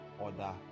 order